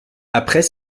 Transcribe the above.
après